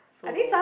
so